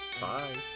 Bye